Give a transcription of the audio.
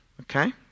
Okay